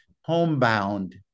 homebound